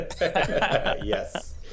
yes